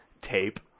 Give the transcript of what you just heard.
Tape